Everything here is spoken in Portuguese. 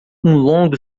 longo